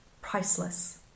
priceless